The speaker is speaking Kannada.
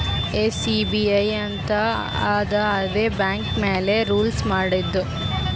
ಎಸ್.ಈ.ಬಿ.ಐ ಅಂತ್ ಅದಾ ಇದೇ ಬ್ಯಾಂಕ್ ಮ್ಯಾಲ ರೂಲ್ಸ್ ಮಾಡ್ತುದ್